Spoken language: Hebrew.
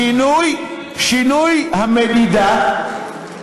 שינוי המדידה,